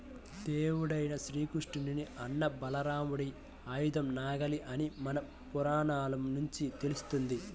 దేవుడైన శ్రీకృష్ణుని అన్న బలరాముడి ఆయుధం నాగలి అని మన పురాణాల నుంచి తెలుస్తంది